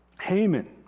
Haman